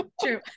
True